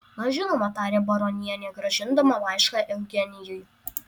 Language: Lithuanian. na žinoma tarė baronienė grąžindama laišką eugenijui